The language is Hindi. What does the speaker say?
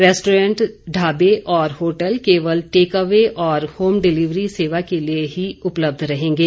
रेस्टोरेंट ढाबे और होटल केवल टेक अवे और होम डिलिवरी सेवा के लिए ही उपलब्ध रहेंगे